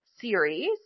series